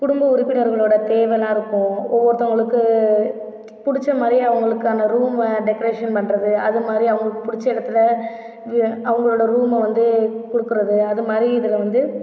குடும்ப உறுப்பினர்களோடய தேவைலாம் இருக்கும் ஒவ்வொருத்தவங்களுக்கு பிடிச்ச மாதிரி அவங்களுக்கு அந்த ரூம்மு டெக்கரேஷன் பண்ணுறது அது மாதிரி அவங்களுக்கு பிடிச்ச இடத்தில் அவங்களோட ரூம்ம வந்து கொடுக்குறது அது மாதிரி இதில் வந்து